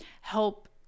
help